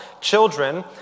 children